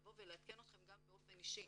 לבוא ולעדכן אתכם גם באופן אישי,